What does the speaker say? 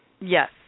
Yes